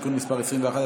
תיקון מס' 21),